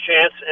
chance